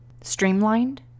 streamlined